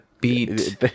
beat